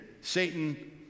satan